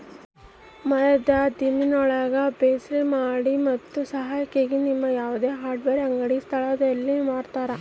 ಮರದ ದಿಮ್ಮಿಗುಳ್ನ ಬ್ರೌಸ್ ಮಾಡಿ ಮತ್ತು ಸಹಾಯಕ್ಕಾಗಿ ನಮ್ಮ ಯಾವುದೇ ಹಾರ್ಡ್ವೇರ್ ಅಂಗಡಿಯ ಸ್ಥಳದಲ್ಲಿ ಮಾರತರ